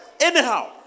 anyhow